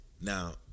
Now